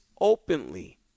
openly